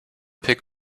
pick